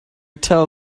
tell